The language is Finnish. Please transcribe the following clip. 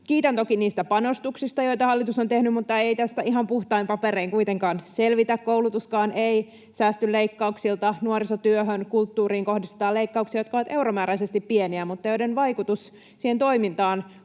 Kiitän toki niistä panostuksista, joita hallitus on tehnyt, mutta ei tästä ihan puhtain paperein kuitenkaan selvitä. Koulutuskaan ei säästy leikkauksilta, ja nuorisotyöhön, kulttuuriin kohdistetaan leikkauksia, jotka ovat euromääräisesti pieniä mutta joiden vaikutus siihen toimintaan